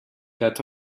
date